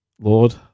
Lord